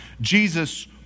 Jesus